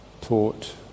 taught